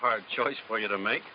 hard choice for you to make